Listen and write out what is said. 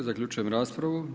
Zaključujem raspravu.